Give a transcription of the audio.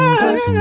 touch